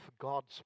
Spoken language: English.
God's